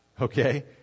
okay